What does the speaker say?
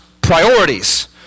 priorities